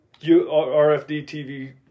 RFD-TV